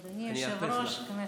אני אאפס לך.